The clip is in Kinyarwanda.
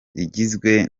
igizwe